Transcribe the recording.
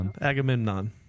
agamemnon